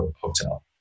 hotel